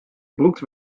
brûkt